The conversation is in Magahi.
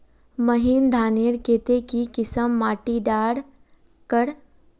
महीन धानेर केते की किसम माटी डार कर?